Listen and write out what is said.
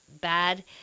bad